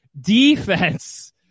defense